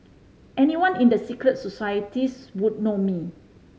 anyone in the secret societies would know me